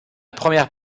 première